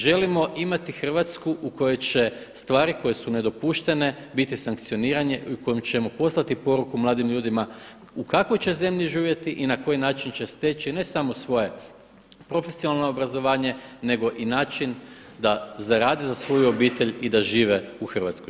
Želimo imati Hrvatsku u kojoj će stvari koje su nedopuštene biti sankcionirane, u kojim ćemo poslati poruku mladim ljudima u kakvoj će zemlji živjeti i na koji način će steći ne samo svoje profesionalno obrazovanje, nego i način da zaradi za svoju obitelj i da žive u Hrvatskoj.